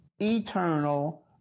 eternal